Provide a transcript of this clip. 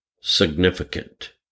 significant